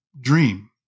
dream